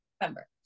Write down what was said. November